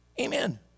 amen